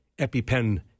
EpiPen